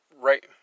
right